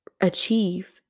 achieve